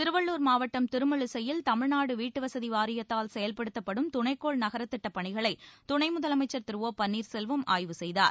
திருவள்ளூர் மாவட்டம் திருமழிசையில் தமிழ்நாடு வீட்டுவசதி வாரியத்தால் செயல்படுத்தப்படும் துணைக்கோள் நகர திட்டப்பணிகளை துணை முதலமைச்சர் திரு ஓ பன்னீர்செல்வம் ஆய்வு செய்தார்